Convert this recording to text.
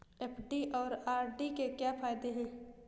FD और RD के क्या फायदे हैं?